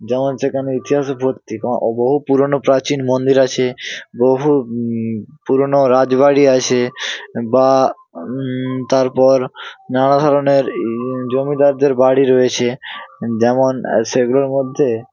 যেমন সেখানে ইতিহাসে ভর্তি এখানে অবহু পুরোনো প্রাচীন মন্দির আছে বহু পুরোনো রাজবাড়ি আছে বা তারপর নানা ধরনের এই জমিদারদের বাড়ি রয়েছে যেমন সেগুলোর মধ্যে